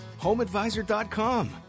HomeAdvisor.com